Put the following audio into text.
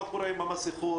מה קורה עם המסכות,